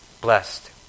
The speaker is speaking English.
Blessed